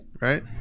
right